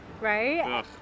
right